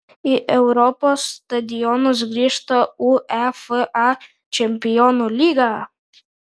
į europos stadionus grįžta uefa čempionų lyga